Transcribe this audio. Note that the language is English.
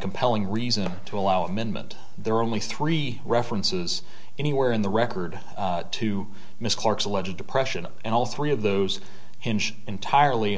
compelling reason to allow amendment there are only three references anywhere in the record to miss clarke's alleged depression and all three of those hinge entirely